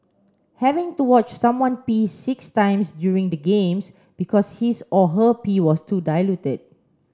having to watch someone pee six times during the games because his or her pee was too diluted